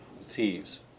thieves